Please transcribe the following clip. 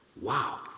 Wow